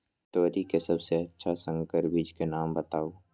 तोरी के सबसे अच्छा संकर बीज के नाम बताऊ?